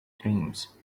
dreams